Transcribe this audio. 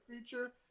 feature